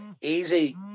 easy